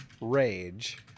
rage